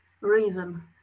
reason